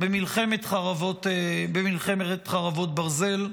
במלחמת חרבות ברזל,